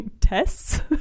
tests